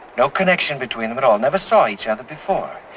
no connection between them at all. never saw each other before.